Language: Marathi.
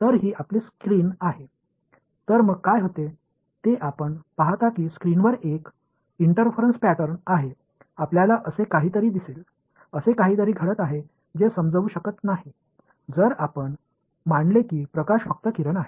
तर ही आपली स्क्रीन आहे तर मग काय होते ते आपण पाहता की स्क्रीनवर एक इंटरफरन्स पॅटर्न आहे आपल्याला असे काहीतरी दिसेल असे काहीतरी घडत आहे जे समजवू शकत नाही जर आपण मानले कि प्रकाश फक्त किरण आहे